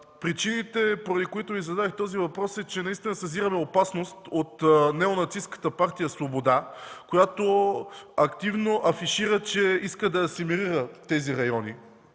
Причините, поради които Ви зададох този въпрос, са че наистина съзираме опасност от неонацистката партия „Свобода”, която активно афишира, че иска да асимилира тези райони